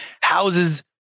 houses